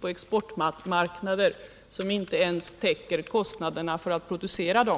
på exportmarknader till underpris som inte ens täcker kostnaderna för att producera dem?